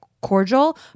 cordial